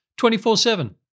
24-7